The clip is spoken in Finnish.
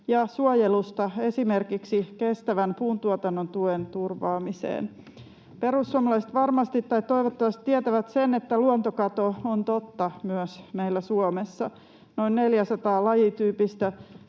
ja suojelusta esimerkiksi kestävän puuntuotannon tuen turvaamiseen.” Perussuomalaiset varmasti, tai toivottavasti, tietävät sen, että luontokato on totta myös meillä Suomessa. Noin 400 lajityypistä